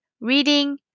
reading